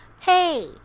Hey